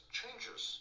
changes